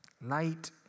Night